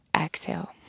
Exhale